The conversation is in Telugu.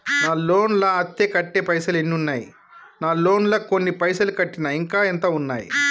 నా లోన్ లా అత్తే కట్టే పైసల్ ఎన్ని ఉన్నాయి నా లోన్ లా కొన్ని పైసల్ కట్టిన ఇంకా ఎంత ఉన్నాయి?